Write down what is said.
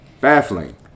baffling